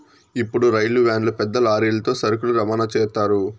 ఇప్పుడు రైలు వ్యాన్లు పెద్ద లారీలతో సరుకులు రవాణా చేత్తారు